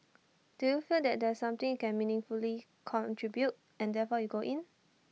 do you feel that there's something you can meaningfully contribute and therefore you go in